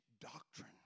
doctrine